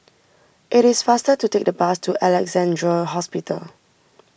it is faster to take the bus to Alexandra Hospital